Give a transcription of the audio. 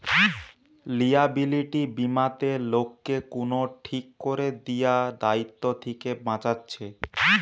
liability বীমাতে লোককে কুনো ঠিক কোরে দিয়া দায়িত্ব থিকে বাঁচাচ্ছে